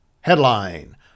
Headline